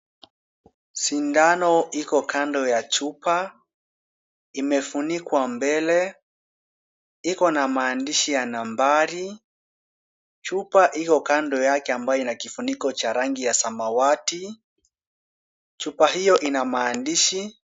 Sindano iko kando ya chupa. Imefunikwa mbele. Iko na maandishi ya nambari. Chupa iko kando yake ambayo ina kifuniko cha rangi ya samawati. Chupa hiyo ina maandishi .